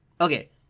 okay